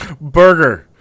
Burger